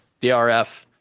DRF